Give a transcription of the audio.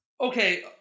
Okay